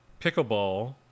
Pickleball